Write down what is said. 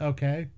Okay